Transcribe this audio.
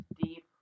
deep